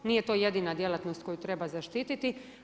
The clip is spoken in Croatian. Nije to jedina djelatnost koju treba zaštititi.